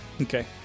Okay